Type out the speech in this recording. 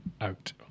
Out